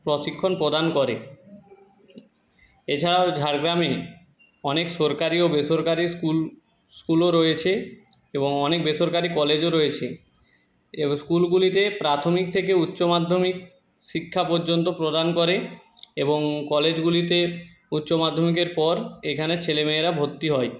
প্রশিক্ষণ প্রদান করে এছাড়াও ঝাড়গ্রামে অনেক সরকারি ও বেসরকারি স্কুল স্কুলও রয়েছে এবং অনেক বেসরকারি কলেজও রয়েছে স্কুলগুলিতে প্রাথমিক থেকে উচ্চমাধ্যমিক শিক্ষা পর্যন্ত প্রদান করে এবং কলেজগুলিতে উচ্চমাধ্যমিকের পর এখানে ছেলেমেয়েরা ভর্তি হয়